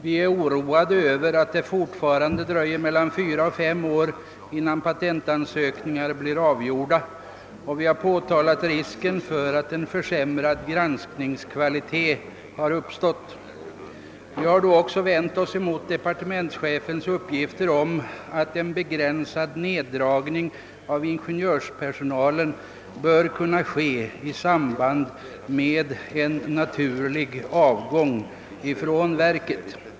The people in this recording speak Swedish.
Vi är oroade för att det fortfarande dröjer mellan fyra och fem år, innan pa tentansökningar blir avgjorda, och vi har pekat på risken för en försämrad granskningskvalitet. Vi har också vänt oss mot departementschefens uppgifter om att en begränsad neddragning av ingenjörspersonalen bör kunna ske i samband med en naturlig avgång från verket.